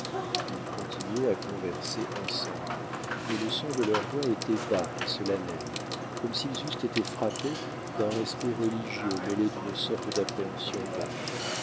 ils continuaient à converser ensemble mais le son de leur voix était bas et solennel comme s'ils eussent été frappés d'un respect religieux mêlé d'une sorte d'appréhension vague